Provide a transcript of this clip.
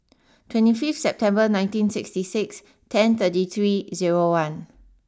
twenty fifth September nineteen sixty six ten thirty three zero one